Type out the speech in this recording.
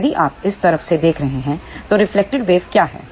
तो यदि आप इस तरफ से देख रहे हैं तो रिफ्लेक्टेड वेव क्या है